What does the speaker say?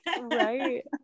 Right